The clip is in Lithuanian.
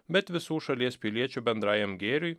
bet visų šalies piliečių bendrajam gėriui